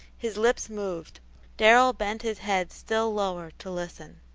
his lips moved darrell bent his head still lower to listen.